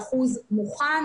ב-99% מוכן,